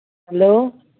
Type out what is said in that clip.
hello